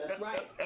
right